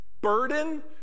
burden